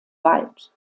bald